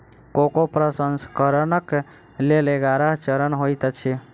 cocoa प्रसंस्करणक लेल ग्यारह चरण होइत अछि